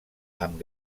amb